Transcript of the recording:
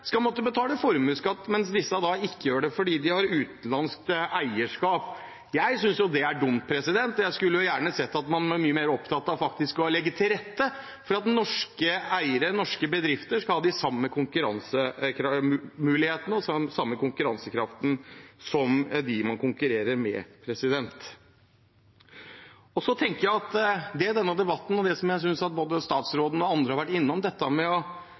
skal måtte betale formuesskatt, mens disse ikke gjør det, fordi de har utenlandsk eierskap. Jeg synes det er dumt, for jeg hadde gjerne sett at man hadde vært mye mer opptatt av faktisk å legge til rette for at norske eiere, norske bedrifter, skal ha de samme konkurransemulighetene og den samme konkurransekraften som dem man konkurrerer med. Så tenker jeg at det som både statsråden og andre har vært innom, dette med å